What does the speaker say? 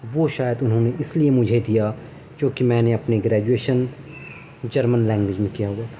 وہ شاید انہوں نے اس لیے مجھے دیا کیوںکہ میں نے اپنی گریجویشن جرمن لیگنویج میں کیا ہوا تھا